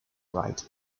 right